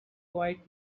quite